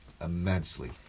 immensely